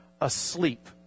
asleep